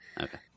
okay